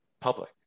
public